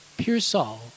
Pearsall